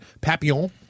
Papillon